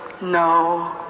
No